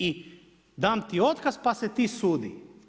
I dam ti otkaz pa se ti sudi.